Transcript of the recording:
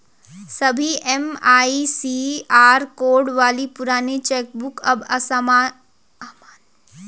सभी MICR code वाली पुरानी चेक बुक अब अमान्य हो गयी है